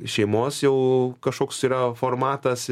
šeimos jau kažkoks yra formatas